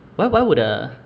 why why would a